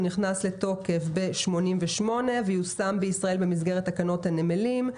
הוא נכנס לתוקף ב-88' ויושם בישראל במסגרת תקנות הנמלים.